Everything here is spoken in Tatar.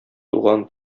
туган